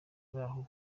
baho